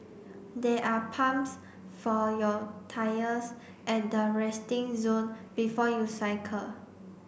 there are pumps for your tyres at the resting zone before you cycle